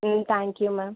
ம் thank you ma'am